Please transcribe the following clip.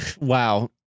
wow